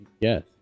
yes